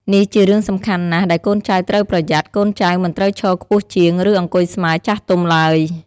នេះជារឿងសំខាន់ណាស់ដែលកូនចៅត្រូវប្រយ័ត្ន កូនចៅ មិនត្រូវឈរខ្ពស់ជាង ឬអង្គុយស្មើ ចាស់ទុំឡើយ។